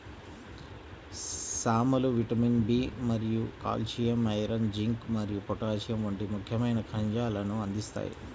సామలు vitamin B మరియు calcium, iron, zinc మరియు పొటాషియం వంటి ముఖ్యమైన ఖనిజాలను అందిస్తాయి